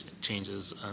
changes